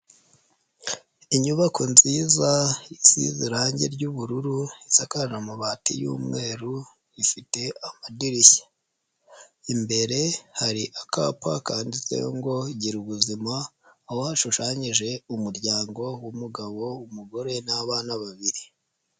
Inyubako nziza isize irangi ry'ubururu, isakaje amabati y'umweru, ifite amadirishya. Imbere hari akapa kanditseho ngo gira ubuzima, aho hashushanyije umuryango w'umugabo, umugore n'abana babiri.